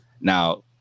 Now